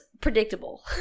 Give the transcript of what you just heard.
predictable